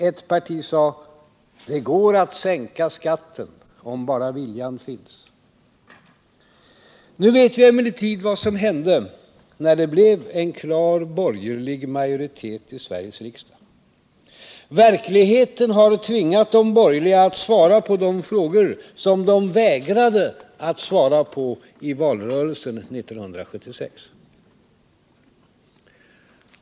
Ett parti sade: Det går att sänka skatten, om bara viljan finns. Nu vet vi emellertid vad som hände när det blev en klar borgerlig majoritet i Sveriges riksdag. Verkligheten har tvingat de borgerliga att svara på de frågor som de vägrade att svara på i valrörelsen 1976.